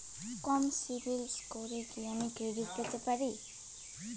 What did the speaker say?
কম সিবিল স্কোরে কি আমি ক্রেডিট পেতে পারি?